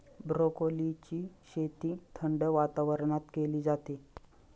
ब्रोकोलीची शेती थंड वातावरणात केली जाते